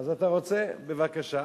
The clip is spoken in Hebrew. אז אתה רוצה, בבקשה.